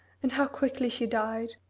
and how quickly she died!